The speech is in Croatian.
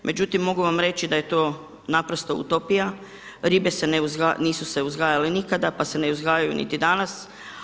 Međutim mogu vam reći da je to naprosto utopija, ribe se nisu uzgajale nikada pa se ne uzgajaju niti danas.